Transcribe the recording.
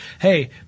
hey